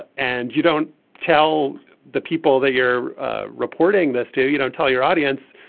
and you don't tell the people that you're ah reporting this to you don't tell your audience.